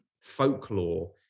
folklore